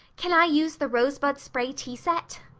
can i use the rosebud spray tea set?